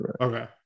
okay